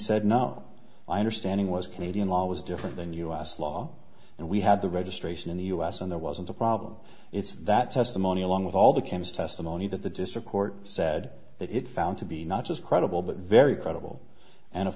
said no my understanding was canadian law was different than us law and we had the registration in the u s and there wasn't a problem it's that testimony along with all the games testimony that the district court said that it found to be not just credible but very credible and of